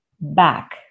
back